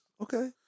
Okay